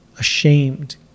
ashamed